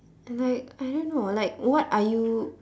and like I don't know like what are you